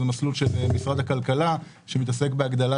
זה מסלול של משרד הכלכלה שמתעסק בהגדלה